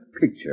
picture